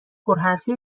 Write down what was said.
پرحرفی